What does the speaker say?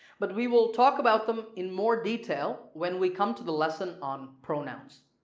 but we will talk about them in more detail when we come to the lesson on pronouns.